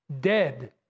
dead